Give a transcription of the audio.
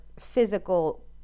physical